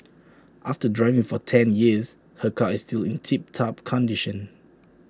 after driving for ten years her car is still in tip top condition